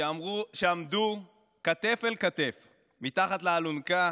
שעמדו כתף אל כתף מתחת לאלונקה